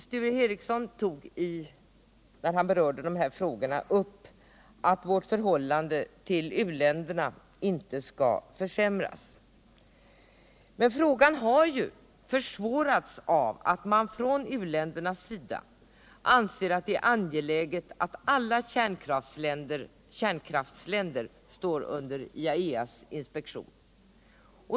Sture Ericson sade, när han berörde dessa frågor, att vårt förhållande till uländerna inte skall försämras. Men problemet har ju försvårats av att man från u-ländernas sida anser att det är angeläget att alla kärnkraftsländer står under IAEA:s inspektion.